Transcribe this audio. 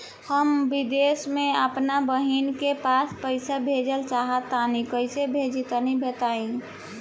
हम विदेस मे आपन बहिन के पास पईसा भेजल चाहऽ तनि कईसे भेजि तनि बताई?